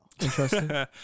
Interesting